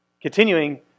Continuing